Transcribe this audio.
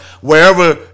wherever